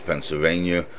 Pennsylvania